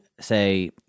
say